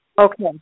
Okay